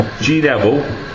G-Devil